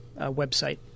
website